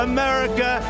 America